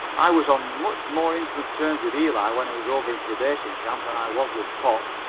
i was on much more intimate terms with eli when i was over in probation camp than i was with pop.